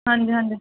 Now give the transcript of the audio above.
ਹਾਂਜੀ ਹਾਂਜੀ